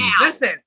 Listen